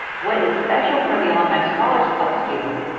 what is special for the alumni scholars club students,